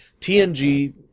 TNG